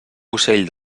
ocell